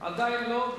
עדיין לא.